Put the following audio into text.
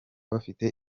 bafite